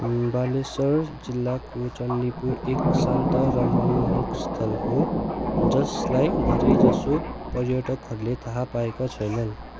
बालेश्वर जिल्लाको चण्डीपुर एक शान्त र मनमोहक स्थल हो जसलाई धेरैजसो पर्यटकहरूले थाहा पाएका छैनन्